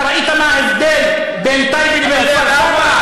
אתה ראית מה ההבדל בין טייבה לכפר-סבא?